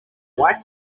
white